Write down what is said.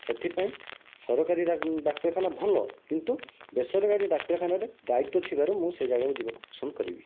ସେଥିପାଇଁ ସରକାରୀ ଡାକ୍ତରଖାନା ଭଲ କିନ୍ତୁ ବେସରକାରୀ ଡାକ୍ତରଖାନାରେ ଦାୟୀତ୍ୱ ଥିବାରୁ ମୁଁ ସେ ଜାଗାକୁ ଯିବାକୁ ପସନ୍ଦ କରିବି